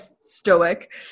stoic